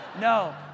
no